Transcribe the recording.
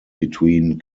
between